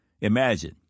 Imagine